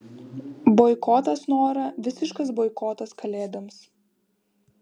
boikotas nora visiškas boikotas kalėdoms